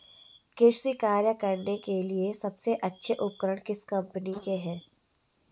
कृषि कार्य करने के लिए सबसे अच्छे उपकरण किस कंपनी के हैं?